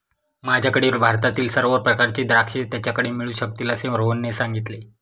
माझ्याकडील भारतातील सर्व प्रकारची द्राक्षे त्याच्याकडे मिळू शकतील असे रोहनने सांगितले